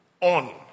on